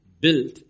built